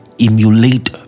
emulate